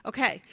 Okay